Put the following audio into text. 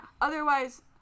Otherwise